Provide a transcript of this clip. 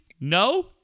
No